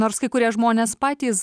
nors kai kurie žmonės patys